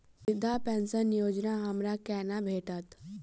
वृद्धा पेंशन योजना हमरा केना भेटत?